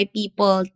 people